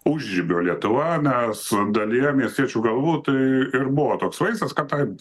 užžibio lietuva nes dalyje miestiečių galbūt ir buvo toks vaizdas kad